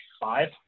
five